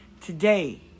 Today